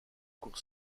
court